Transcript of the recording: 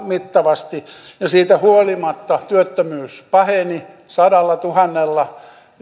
mittavasti siitä huolimatta työttömyys paheni sadallatuhannella